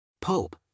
Pope